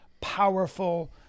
powerful